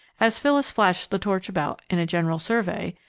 as phyllis flashed the torch about in a general survey,